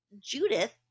Judith